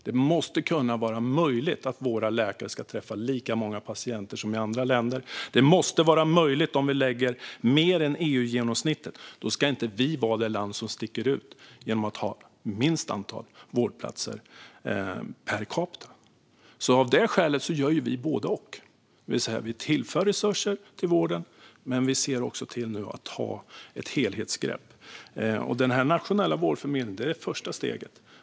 Det måste kunna vara möjligt för våra läkare att träffa lika många patienter som i andra länder. Det måste vara möjligt om vi lägger mer än EUgenomsnittet. Då ska inte vi vara det land som sticker ut genom att ha det minsta antalet vårdplatser per capita. Av det skälet gör vi både och, det vill säga tillför resurser till vården och tar också ett helhetsgrepp om den. Den nationella vårdförmedlingen är det första steget.